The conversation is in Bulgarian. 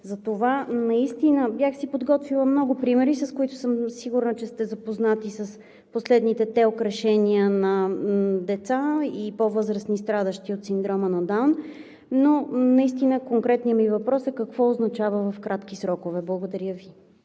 е 2026 г. Бях си подготвила много примери, с които съм сигурна, че сте запознати – с последните ТЕЛК решения на деца и по-възрастни, страдащи от синдрома на Даун, но конкретният ми въпрос е: какво означава в кратки срокове? Благодаря Ви.